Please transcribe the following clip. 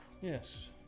yes